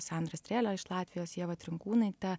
sandrą strėlę iš latvijos ievą trinkūnaitę